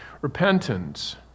repentance